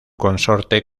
consorte